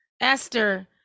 Esther